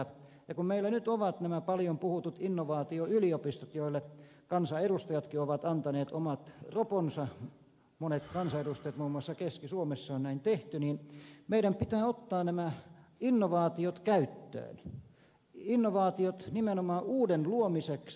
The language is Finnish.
ja kun meillä nyt on nämä paljon puhutut innovaatioyliopistot joille kansanedustajatkin ovat antaneet omat roponsa monet kansanedustajat muun muassa keski suomessa on näin tehty niin meidän pitää ottaa nämä innovaatiot käyttöön innovaatiot nimenomaan uuden luomiseksi